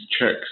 checks